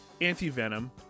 Anti-Venom